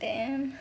damn